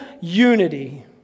unity